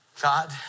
God